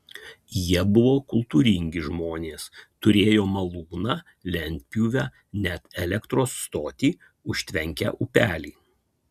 jie buvo kultūringi žmonės turėjo malūną lentpjūvę net elektros stotį užtvenkę upelį